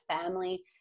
family